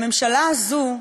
הממשלה הזו,